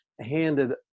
handed